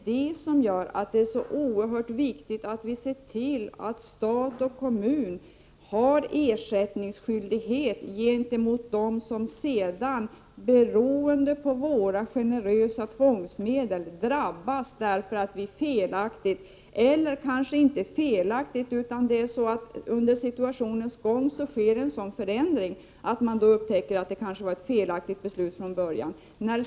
Detta gör det så oerhört viktigt att se till att stat och kommun har ersättningsskyldighet gentemot dem som drabbas beroende på felaktiga beslut eller på grund av att situationen under ärendets gång förändras så att man upptäcker att beslutet var felaktigt från början.